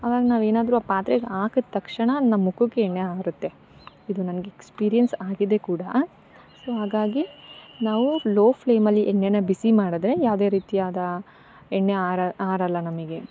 ಅವಾಗ ನಾವೇನಾದ್ರು ಪಾತ್ರೆಗೆ ಹಾಕಿದ್ ತಕ್ಷಣ ನಮ್ಮ ಮುಖಕ್ ಎಣ್ಣೆ ಹಾರತ್ತೆ ಇದು ನನಗೆ ಎಕ್ಸ್ಪಿರಿಯನ್ಸ್ ಆಗಿದೆ ಕೂಡ ಸೊ ಹಾಗಾಗಿ ನಾವು ಲೊ ಫ್ಲೆಮಲ್ಲಿ ಎಣ್ಣೆ ಬಿಸಿ ಮಾಡಿದ್ರೆ ಯಾವುದೆ ರೀತಿಯಾದ ಎಣ್ಣೆ ಹಾರ ಹಾರೊಲ್ಲ ನಮಗೆ